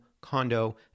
condo